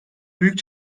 büyük